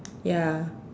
ya